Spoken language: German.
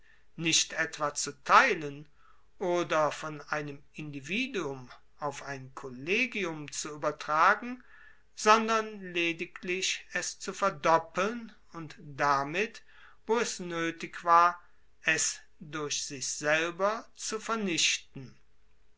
nicht etwa zu teilen oder von einem individuum auf ein kollegium zu uebertragen sondern lediglich es zu verdoppeln und damit wo es noetig war es durch sich selber zu vernichten